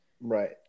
Right